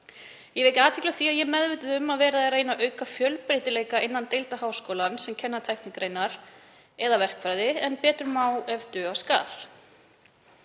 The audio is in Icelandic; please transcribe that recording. Ég vek athygli á því að ég er meðvituð um að verið er að reyna að auka fjölbreytileika innan deilda háskólans sem kenna tæknigreinar eða verkfræði en betur má ef duga skal.